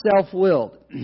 self-willed